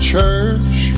church